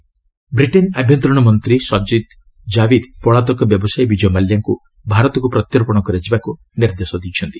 Mallya extradition Britain ଆଭ୍ୟନ୍ତରୀଣ ମନ୍ତ୍ରୀ ସଜିଦ୍ ଜାବିଦ ପଳାତକ ବ୍ୟବସାୟୀ ବିଜୟ ମାଲ୍ୟାଙ୍କୁ ଭାରତକୁ ପ୍ରତ୍ୟର୍ପଣ କରାଯିବାକୁ ନିର୍ଦ୍ଦେଶ ଦେଇଛନ୍ତି